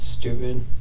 stupid